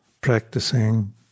practicing